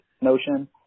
notion